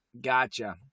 Gotcha